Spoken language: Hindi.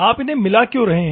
आप इन्हे मिला क्यों रहे हैं